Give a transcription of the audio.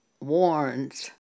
warns